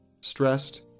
stressed